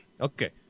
Okay